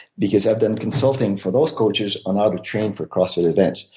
because i've done consulting for those coaches on how to train for cross fit events.